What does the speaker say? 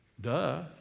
Duh